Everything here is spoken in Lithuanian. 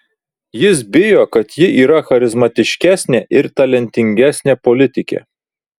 jis bijo kad ji yra charizmatiškesnė ir talentingesnė politikė